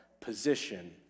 position